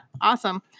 Awesome